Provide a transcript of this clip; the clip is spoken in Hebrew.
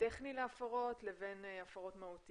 טכניות להפרות מהותיות.